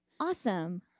Awesome